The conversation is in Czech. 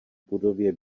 budově